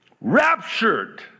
raptured